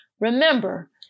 Remember